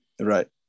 Right